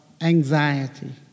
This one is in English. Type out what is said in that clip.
anxiety